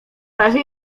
razie